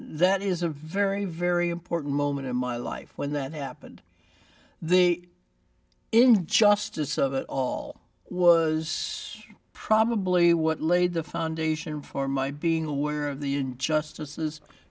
that is a very very important moment in my life when that happened the injustice of it all was probably what laid the foundation for my being aware of the injustices